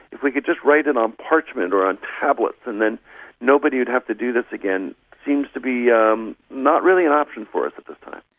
if we could just write it on parchment or on tablets and then nobody would have to do this again, seems to be um not really an option for us at this time.